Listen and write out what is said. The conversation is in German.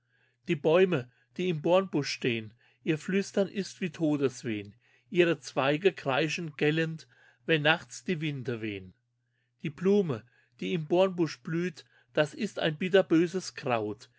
die bäume die im bornbusch stehn ihr flüstern ist wie todeswehn ihre zweige kreischen gellend wenn nachts die winde wehn die blume die im bornbusch blüht das ist ein bitterböses kraut